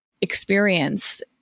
experience